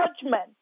judgment